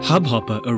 Hubhopper